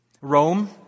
Rome